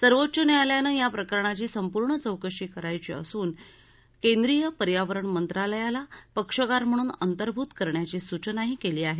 सर्वोच्च न्यायालयानं या प्रकरणाची सपूर्ण चौकशी करायची असून केंद्रीय पर्यावरण मंत्रालयाला पक्षकार म्हणून अंतभूत करण्याची सूचनाही केली आहे